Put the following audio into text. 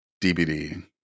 DVD